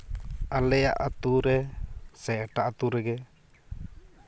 ᱟᱞᱮᱭᱟᱜ ᱟᱹᱛᱩ ᱨᱮ ᱥᱮ ᱮᱴᱟᱜ ᱟᱹᱛᱩ ᱨᱮ